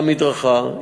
על המדרכה,